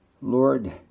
Lord